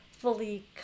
fully